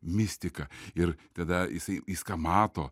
mistika ir tada jisai viską mato